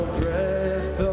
breath